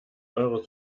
eure